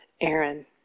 Aaron